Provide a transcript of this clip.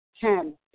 Ten